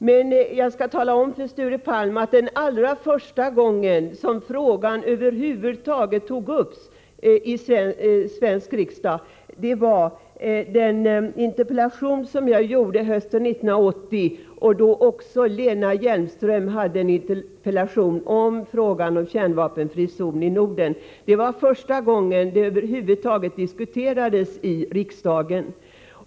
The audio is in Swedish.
Men jag skall tala om för Sture Palm att den allra första gång som frågan över huvud taget togs upp i Sveriges riksdag var genom den interpellation jag väckte hösten 1980 — också Eva Hjelmström ställde då en interpellation om frågan om kärnvapenfri zon i Norden. Det var första gången frågan över huvud taget diskuterades i riksdagen.